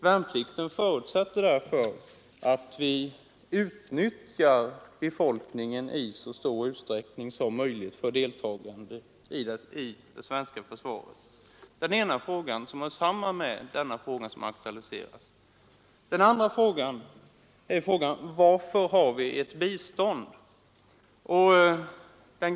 Värnplikten förutsätter därför att vi utnyttjar befolkningen i så stor utsträckning som möjligt för deltagande i det svenska försvaret. Det är den ena delen av det problem som aktualiserats. Den andra delen föranleder frågan: Varför har vi ett u-landsbistånd?